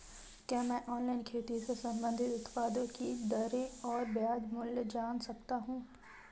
क्या मैं ऑनलाइन खेती से संबंधित उत्पादों की दरें और बाज़ार मूल्य जान सकता हूँ?